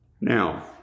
Now